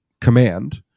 command